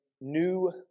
new